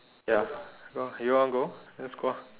ya go you want to go let's go ah